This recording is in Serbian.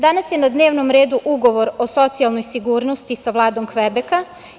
Danas je na dnevnom redu Ugovor o socijalnoj sigurnosti sa Vladom Kvebeka.